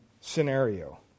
scenario